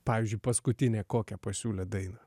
pavyzdžiui paskutinę kokią pasiūlė dainą